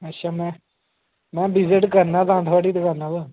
अच्छां तां में विज़िट करना थुआढ़ी दुकाना उप्पर